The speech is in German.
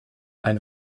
ein